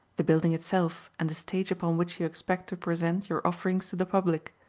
the building itself and the stage upon which you expect to present your offerings to the public.